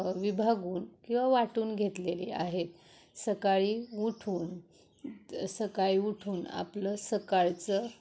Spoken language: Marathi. विभागून किंवा वाटून घेतलेली आहे सकाळी उठून तर सकाळी उठून आपलं सकाळचं